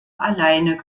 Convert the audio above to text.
alleine